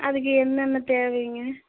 அதுக்கு என்னென்ன தேவைங்க